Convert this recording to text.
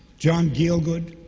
john gielgud,